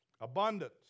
Abundance